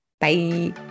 Bye